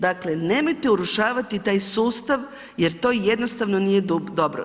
Dakle, nemojte urušavati taj sustav jer to jednostavno nije dobro.